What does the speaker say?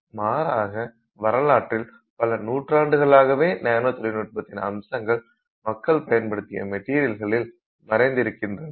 மாறாக வரலாற்றில் பல நூற்றாண்டுகளாகவே நானோ தொழில்நுட்பத்தின் அம்சங்கள் மக்கள் பயன்படுத்திய மெட்டீரியலில் மறைந்திருந்தன